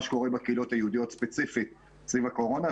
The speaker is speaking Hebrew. שקורה בקהילות היהודיות ספציפית סביב הקורונה,